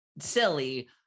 silly